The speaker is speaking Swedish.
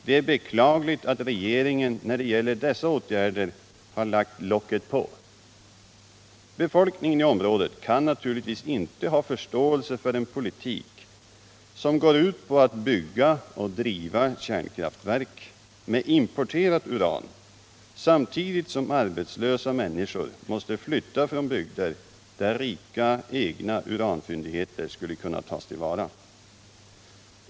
De är beklagligt att regeringen när det gäller dessa åtgärder ”lagt locket på”. Befolkningen i området kan naturligtvis inte ha förståelse för en politik som går ut på att driva kärnkraftverk med importerat uran samtidigt som arbetslösa människor måste flytta från bygder där rika egna uranfyndigheter skulle kunna tas till vara.